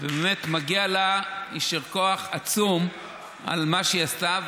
באמת מגיע לה יישר כוח עצום על מה שהיא עשתה.